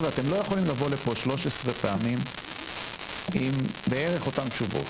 ואתם לא יכולים לבוא לפה 13 פעמים עם בערך אותן התשובות.